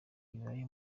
bibaye